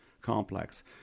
complex